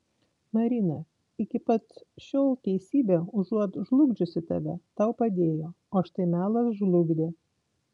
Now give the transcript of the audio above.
marina iki pat šiol teisybė užuot žlugdžiusi tave tau padėjo o štai melas žlugdė